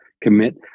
commit